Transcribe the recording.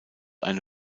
eine